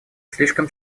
слишком